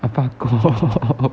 fuck off